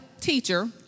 teacher